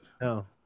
No